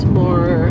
more